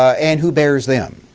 and who bares them?